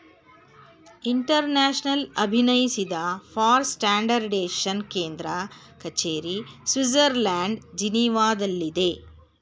international ಅಭಿನಯಿಸಿದ for standardization ಕೇಂದ್ರ ಕಚೇರಿ ಸ್ವಿಡ್ಜರ್ಲ್ಯಾಂಡ್ ಜಿನೀವಾದಲ್ಲಿದೆ